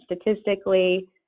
statistically